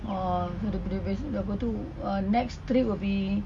hor dia be~ de~ bis~ apa tu uh next trip will be